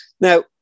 Now